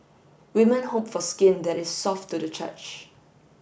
women hope for skin that is soft to the church